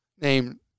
named